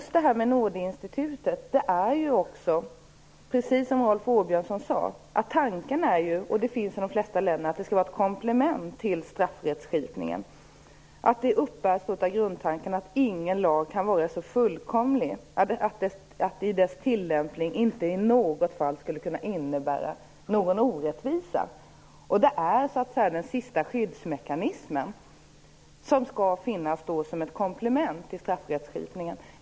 Åbjörnsson sade finns i de flesta länder, är ju att det skall vara ett komplement till straffrättskipningen. Det uppbärs av grundtanken att ingen lag kan vara så fullkomlig att dess tillämpning inte i något fall skulle kunna innebära någon orättvisa. Det är så att säga den sista skyddsmekanismen, som skall finnas som ett komplement till straffrättskipningen.